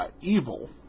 evil